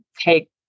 take